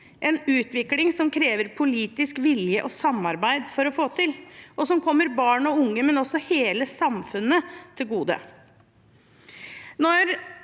en utvikling som det krever politisk vilje og samarbeid for å få til, og som kommer barn og unge og også hele samfunnet til gode.